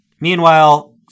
Meanwhile